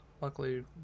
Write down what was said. Luckily